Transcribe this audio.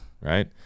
right